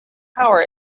power